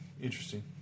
Interesting